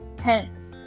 Hence